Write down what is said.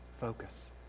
focus